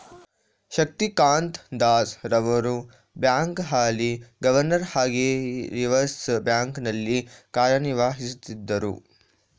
ಶಕ್ತಿಕಾಂತ್ ದಾಸ್ ರವರು ಬ್ಯಾಂಕ್ನ ಹಾಲಿ ಗವರ್ನರ್ ಹಾಗಿ ರಿವರ್ಸ್ ಬ್ಯಾಂಕ್ ನಲ್ಲಿ ಕಾರ್ಯನಿರ್ವಹಿಸುತ್ತಿದ್ದ್ರು